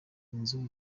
inzu